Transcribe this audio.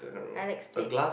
I like split